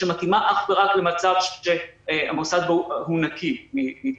שמתאימה אך ורק למצב שהמוסד הוא נקי מהתפרצות.